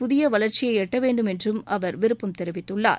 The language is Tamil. புதிய வளர்ச்சியை எட்ட வேண்டும் என்றும் அவர் விரும்பம் தெரிவித்துள்ளார்